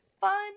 fun